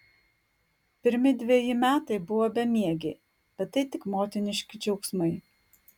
pirmi dveji metai buvo bemiegiai bet tai tik motiniški džiaugsmai